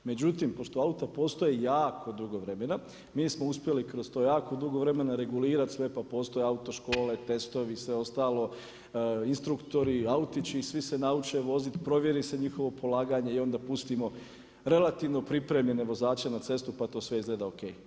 Međutim, pošto auta postoje jako dugo vremena, mi smo uspjele kroz to jako dugo vremena regulirati sve, pa postoje auto škole, testovi i sve ostalo instruktori, autići i svi se nauče voziti, provjeri se njihovo polaganje i onda pustimo relativno pripremljene vozače pa to sve izgleda ok.